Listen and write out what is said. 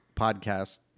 podcast